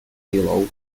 yellow